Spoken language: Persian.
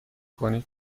کنید